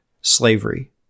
slavery